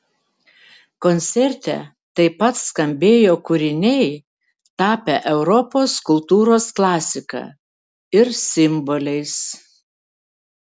koncerte taip pat skambėjo kūriniai tapę europos kultūros klasika ir simboliais